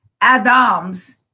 Adams